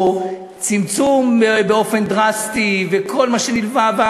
או צמצום באופן דרסטי וכל מה שנלווה,